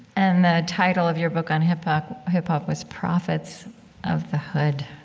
and the title of your book on hip hop hip hop was prophets of the hood